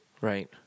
Right